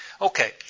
Okay